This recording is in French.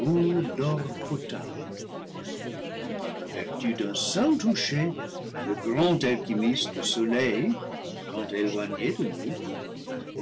quand par la vertu d'un seul toucher le grand alchimiste le soleil tant éloigné de nous